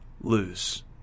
lose